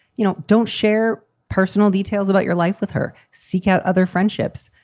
you know, don't share personal details about your life with her, seek out other friendships.